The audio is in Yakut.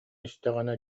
истэҕинэ